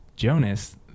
Jonas